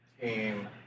team